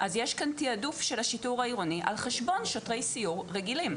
אז יש כאן תעדוף של השיטור העירוני על חשבון שוטרי סיור רגילים,